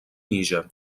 níger